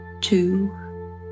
Two